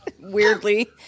Weirdly